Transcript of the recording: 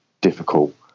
difficult